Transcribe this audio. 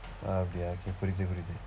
ah okay okay புரியுது புரியுது:puriythu puriythu